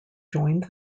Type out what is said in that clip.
joined